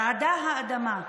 רעדה האדמה.